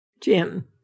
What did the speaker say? Jim